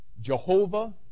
Jehovah